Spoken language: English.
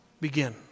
begin